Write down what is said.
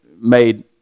made